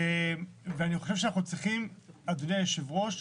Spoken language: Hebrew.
אדוני היושב-ראש,